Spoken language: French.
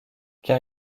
car